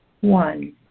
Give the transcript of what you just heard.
One